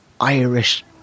Irish